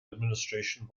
administration